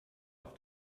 auf